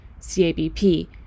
CABP